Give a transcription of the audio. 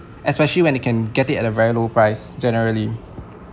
especially when it can get it at a very low price generally